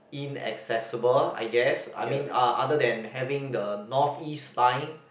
inaccessible I guess I mean uh other than having the North East Line